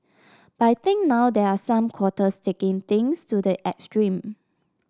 but I think now there are some quarters taking things to the extreme